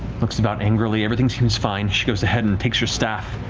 looks about angrily, everything seems fine. she goes ahead and takes her staff,